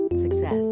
Success